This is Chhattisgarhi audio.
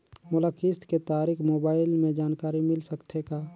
मोला किस्त के तारिक मोबाइल मे जानकारी मिल सकथे का?